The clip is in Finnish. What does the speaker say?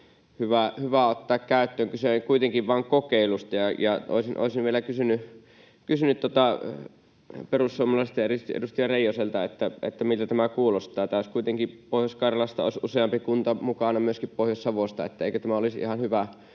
hyvä ottaa käyttöön. Kyse on kuitenkin vain kokeilusta, ja olisin vielä kysynyt perussuomalaisten edustaja Reijoselta, miltä tämä kuulostaa. Pohjois-Karjalasta olisi kuitenkin useampi kunta mukana, ja myöskin Pohjois-Savosta, niin että eikö tämä olisi ihan hyvä